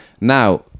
now